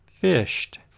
fished